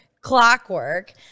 clockwork